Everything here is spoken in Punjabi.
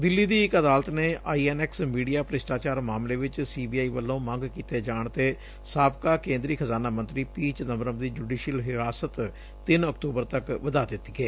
ਦਿੱਲੀ ਦੀ ਇਕ ਅਦਾਲਤ ਨੇ ਆਈ ਐਨ ਐਕਸ ਮੀਡੀਆ ਭ੍ਸਿਸਟਾਚਾਰ ਮਾਮਲੇ ਵਿਚ ਸੀ ਬੀ ਆਈ ਵੱਲੋਂ ਮੰਗ ਕੀਤੇ ਜਾਣ ਤੇ ਸਾਬਕਾ ਕੇਂਦਰੀ ਖਜ਼ਾਨਾ ਮੰਤਰੀ ਪੀ ਚਿਦੰਬਰਮ ਦੀ ਜੁਡੀਸ਼ੀਅਲ ਹਿਰਾਸਤ ਤਿੰਨ ਅਕਤੂਬਰ ਤੱਕ ਵਧਾ ਦਿੱਤੀ ਏ